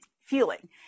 feeling